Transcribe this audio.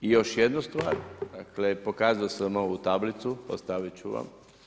I još jednu stvar, dakle, pokazao sam ovu tablicu, ostaviti ću vam.